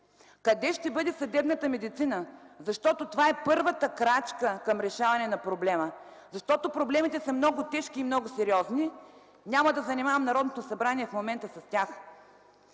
къде ще бъде съдебната медицина, защото това е първата крачка към решаването на проблема. Защото проблемите са много тежки и много сериозни. Няма да занимавам Народното събрание в момента с тях.